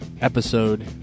episode